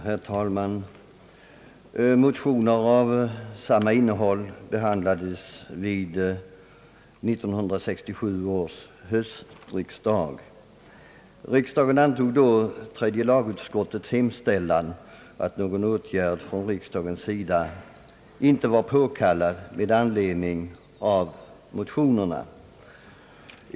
Herr talman! Motioner av samma innehåll behandlades vid 1967 års höstriksdag. Riksdagen biföll då tredje lagutskottets hemställan att några åtgärder från riksdagens sida med anledning av motionerna inte var påkallade.